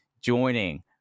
joining